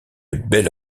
belle